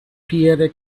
pierre